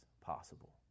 possible